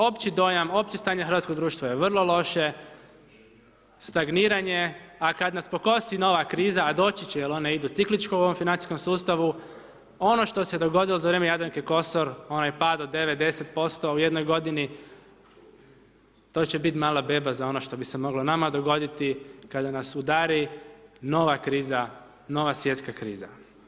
Opći dojam, opće stanje hrvatskog društva je vrlo loše, stagniranje, a kad nas pokosi nova kriza, a doći će je one idu ciklički u ovom financijskom sustavu, ono što se dogodilo za vrijeme Jadranke Kosor, onaj pad od 9,10% u jednoj godini, to će bit mala beba za ono što bi se moglo nama dogoditi, kada nas udari nova kriza, nova svjetska kriza.